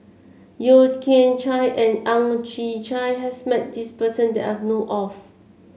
Yeo Kian Chye and Ang Chwee Chai has met this person that I know of